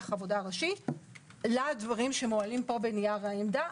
עבודה ראשי לדברים שמועלים פה בנייר העמדה.